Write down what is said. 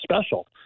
special